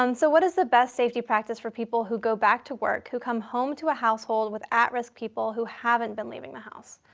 and so what is the best safety practice for people who go back to work, who come home to a household with at-risk people who haven't been leaving the house?